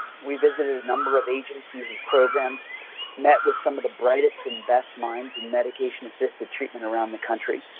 we visited a number of agencies and programs met with some of the brightest and best minds in medication-assisted treatment around the country,